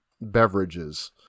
beverages